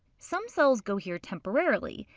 some cells go here temporarily,